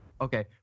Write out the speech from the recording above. Okay